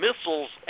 missiles